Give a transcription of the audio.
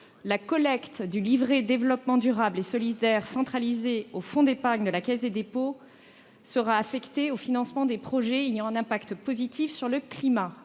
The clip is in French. la collecte du livret de développement durable et solidaire centralisée au sein du fonds d'épargne de la Caisse des dépôts et consignations sera affectée au financement de projets ayant un impact positif sur le climat.